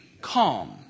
calm